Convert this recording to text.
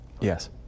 Yes